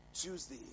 Tuesday